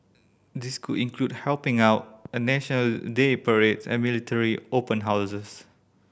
this could include helping out at National Day parade and military open houses